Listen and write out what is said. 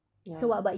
ya